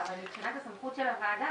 אבל מבחינת הסמכות של הוועדה,